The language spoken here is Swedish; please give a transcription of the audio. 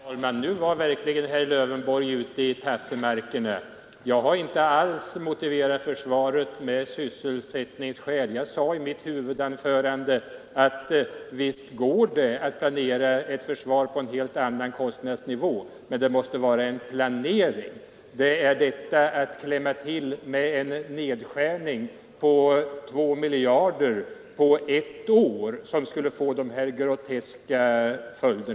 Herr talman! Nu var verkligen herr Lövenborg ute i tassemarkerna. Jag har inte alls motiverat försvaret med sysselsättningsskäl. Jag sade i mitt huvudanförande att visst går det att tänka sig ett försvar på en helt annan kostnadsnivå, men då måste det finnas en planering. Klämmer man till med en nedskärning på 2 miljarder på ett år, skulle det få groteska följder.